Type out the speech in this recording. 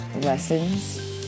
lessons